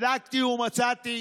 בדקתי ומצאתי